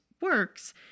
works